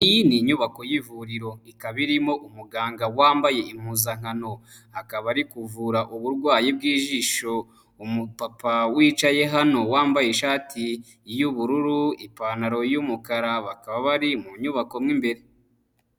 Iyi ni inyubako y'ivuriro ikaba irimo umuganga wambaye impuzankano. Akaba ari kuvura uburwayi bw'ijisho umupapa wicaye hano wambaye ishati, y'ubururu ipantaro yumukara bakaba bari mu nyubako mo imbere.